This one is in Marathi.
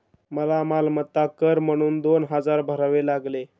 मला मालमत्ता कर म्हणून दोन हजार भरावे लागले